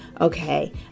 okay